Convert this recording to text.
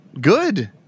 good